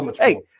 hey